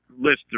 list